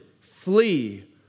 flee